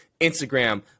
Instagram